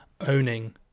owning